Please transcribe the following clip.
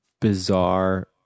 bizarre